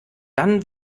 dann